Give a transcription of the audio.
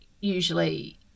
usually